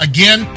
Again